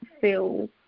feel